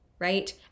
right